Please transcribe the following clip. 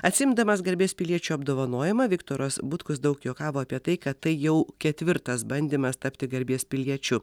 atsiimdamas garbės piliečio apdovanojimą viktoras butkus daug juokavo apie tai kad tai jau ketvirtas bandymas tapti garbės piliečiu